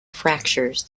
fractures